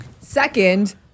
Second